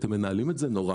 אתם מנהלים את זה נורא.